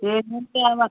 ఏమేమి తేవాలి